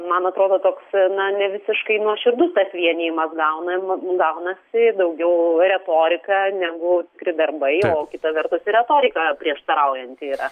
man atrodo toks na ne visiškai nuoširdus tas vienijimas gaunama gaunasi daugiau retorika negu tikri darbai o kita vertus ir retorika prieštaraujanti yra